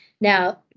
Now